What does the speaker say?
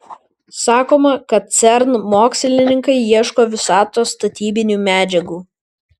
sakoma kad cern mokslininkai ieško visatos statybinių medžiagų